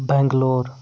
Bangalore